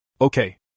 Okay